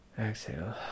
exhale